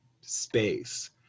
space